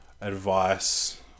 advice